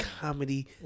comedy